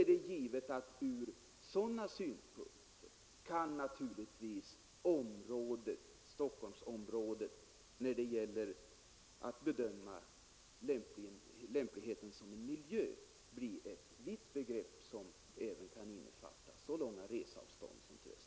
Ur sådana synpunkter kan naturligtvis Stockholmsområdet — när det gäller att bedöma lämpligheten som en miljö — bli ett begrepp, som kan innefatta så långa restider som till Västerås.